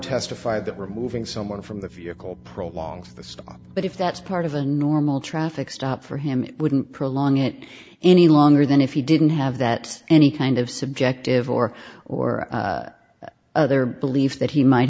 testified that removing someone from the vehicle prolongs the stop but if that's part of the normal traffic stop for him it wouldn't prolong it any longer than if he didn't have that any kind of subjective or or other belief that he might